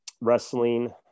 wrestling